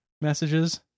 messages